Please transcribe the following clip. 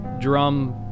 drum